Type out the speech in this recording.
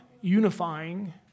unifying